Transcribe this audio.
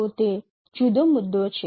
તો તે જુદો મુદ્દો છે